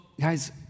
guys